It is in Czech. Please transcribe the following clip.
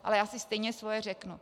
Ale já si stejně svoje řeknu.